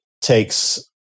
takes